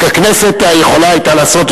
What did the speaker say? רק הכנסת יכולה היתה לעשות,